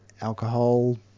alcohol